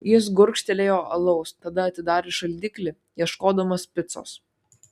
jis gurkštelėjo alaus tada atidarė šaldiklį ieškodamas picos